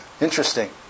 Interesting